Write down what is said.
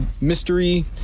mystery